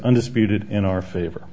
undisputed in our favor